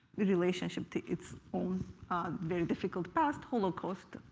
relationship to its own very difficult past, holocaust.